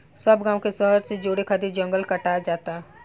सब गांव के शहर से जोड़े खातिर जंगल कटात जाता